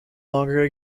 longer